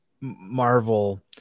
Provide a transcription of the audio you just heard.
Marvel